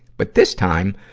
but this time,